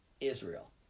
Israel